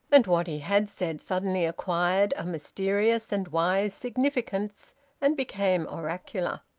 and what he had said suddenly acquired a mysterious and wise significance and became oracular.